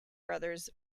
brothers